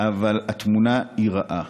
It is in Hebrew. אבל התמונה היא רעה.